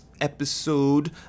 episode